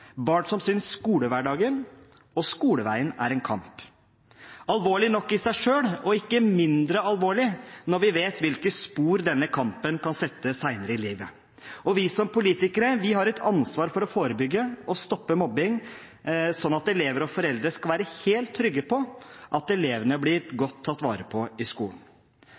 barn som synes skolehverdagen og skoleveien er en kamp. Det er alvorlig nok i seg selv, og ikke mindre alvorlig når vi vet hvilke spor denne kampen kan sette senere i livet. Vi som politikere har et ansvar for å forebygge og stoppe mobbing, sånn at elever og foreldre skal være helt trygge på at elevene blir godt tatt vare på i skolen.